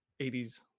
80s